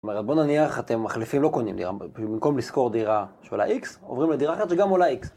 זאת אומרת בוא נניח אתם מחליפים לא קונים דירה, במקום לשכור דירה שעולה איקס עוברים לדירה אחת שגם עולה איקס